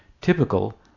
typical